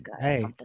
hey